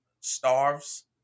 starves